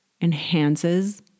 enhances